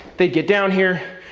they get down here,